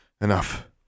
enough